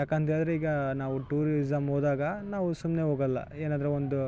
ಯಾಕಂದೇಳಿದರೆ ಈಗ ನಾವು ಟೂರಿಸಮ್ ಹೋದಾಗ ನಾವು ಸುಮ್ನೆ ಹೋಗಲ್ಲ ಏನಂದ್ರೆ ಒಂದು